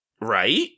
Right